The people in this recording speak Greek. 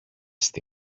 στη